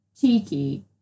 cheeky